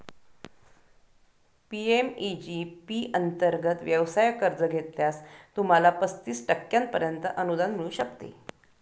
PMEG P अंतर्गत व्यवसाय कर्ज घेतल्यास, तुम्हाला पस्तीस टक्क्यांपर्यंत अनुदान मिळू शकते